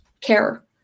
care